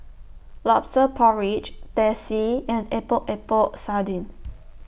Lobster Porridge Teh C and Epok Epok Sardin